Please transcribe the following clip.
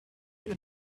you